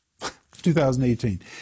2018